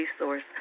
resource